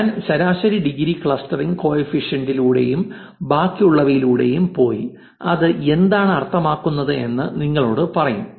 ഞാൻ ശരാശരി degree clustering കോഫിഫിഷ്യന്റിലൂടെയും ബാക്കിയുള്ളവയിലൂടെയും പോയി ഇത് എന്താണ് അർത്ഥമാക്കുന്നത് എന്ന് നിങ്ങളോട് പറയും